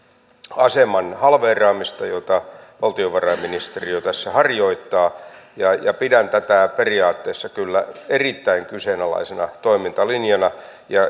aseman halveeraamista jota valtiovarainministeriö tässä harjoittaa ja ja pidän tätä periaatteessa kyllä erittäin kyseenalaisena toimintalinjana